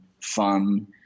fun